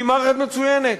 כי היא מערכת מצוינת,